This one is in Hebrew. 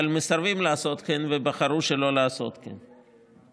אבל מסרבים לעשות כן ובחרו שלא לעשות כן.